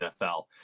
NFL